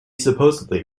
supposedly